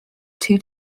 two